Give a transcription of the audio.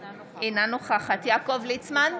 אינה נוכחת יעקב ליצמן,